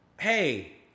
Hey